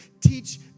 teach